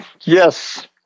Yes